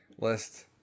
List